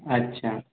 আচ্ছা